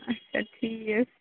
اچھا ٹھیٖک